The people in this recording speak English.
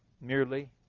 merely